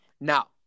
Now